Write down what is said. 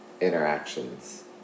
interactions